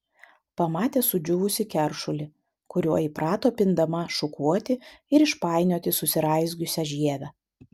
pamatė sudžiūvusį keršulį kuriuo įprato pindama šukuoti ir išpainioti susiraizgiusią žievę